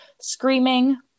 screaming